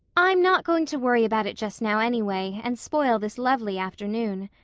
i'm not going to worry about it just now, anyway, and spoil this lovely afternoon,